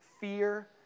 fear